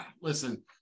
listen